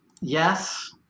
yes